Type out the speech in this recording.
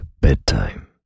Bedtime